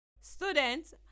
Students